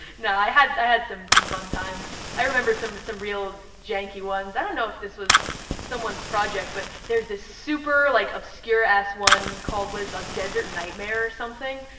no, i had i had some some fun times. i remember some but some real janky ones. i don't know if this was someone's project, but there's this super like obscure ass one called what is like desert nightmare or something.